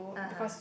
(uh huh)